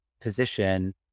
position